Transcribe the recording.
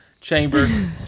chamber